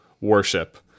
worship